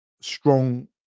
strong